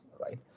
right